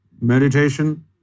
meditation